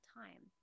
time